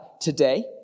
today